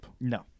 No